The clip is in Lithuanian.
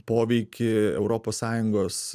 poveikį europos sąjungos